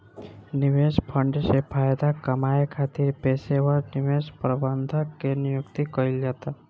निवेश फंड से फायदा कामये खातिर पेशेवर निवेश प्रबंधक के नियुक्ति कईल जाता